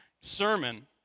sermon